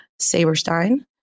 Saberstein